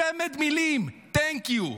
צמד מילים, thank you.